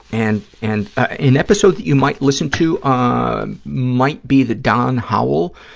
and and an episode that you might listen to ah might be the don howell.